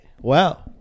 Wow